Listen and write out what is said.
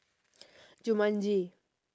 jumanji